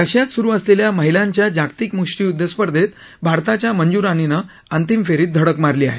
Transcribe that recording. रशियात सुरू असलेल्या महिलांच्या जागतिक मुष्टीयुद्ध स्पर्धेत भारताच्या मंजु रानीनं अंतिम फेरीत धडक मारली आहे